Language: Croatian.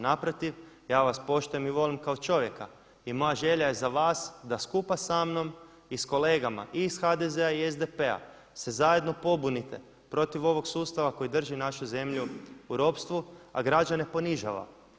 Naprotiv, ja vas poštujem i volim kao čovjeka i moja želja je za vas da skupa sa mnom i s kolegama i iz HDZ-a i iz SDP-a se zajedno pobunite protiv ovog sustava koji drži našu zemlju u ropstvu, a građane ponižava.